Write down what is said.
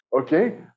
okay